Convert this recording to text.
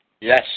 Yes